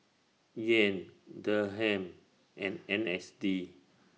Yen Dirham and N S D